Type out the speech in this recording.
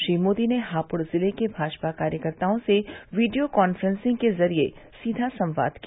श्री मोदी ने हापुड़ जिले के भाजपा कार्यकर्ताओं से वीडियो कॉफ्रेंसिंग के जरिये सीधा संवाद किया